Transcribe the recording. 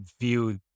view